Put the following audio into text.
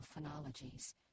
phonologies